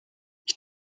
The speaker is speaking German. ich